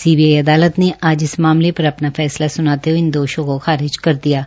CBI अदालत ने आज इस मामले र अ ना फैसला सुनाने हये इन दोषों को खारिज कर दिया है